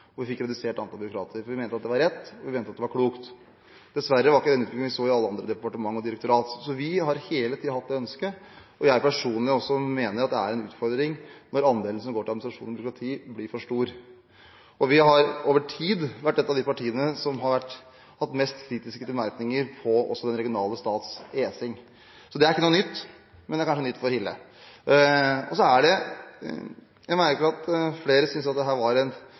Vi fikk redusert antallet byråkrater fordi vi mente at det var rett, og fordi vi mente at det var klokt. Dessverre var ikke utviklingen sånn i andre departementer og direktorater. Vi har hele tiden hatt det ønsket, og jeg personlig mener at det er en utfordring når andelen som går til administrasjon og byråkrati, blir for stor. Vi har over tid vært et av de partiene som har hatt flest kritiske bemerkninger til den regionale stats esing. Det er ikke noe nytt, men det er kanskje nytt for Hille. Jeg merker meg at flere syntes at dette var et veldig tydelig innlegg, men det var bare en